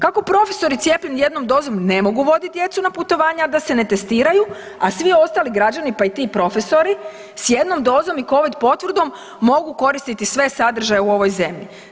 Kako profesori cijepljeni jednom dozom ne mogu voditi djecu na putovanja, a da se ne testiraju, a svi ostali građani pa i ti profesori s jednom dozom i Covid potvrdom mogu koristiti sve sadržaje u ovoj zemlji.